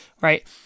Right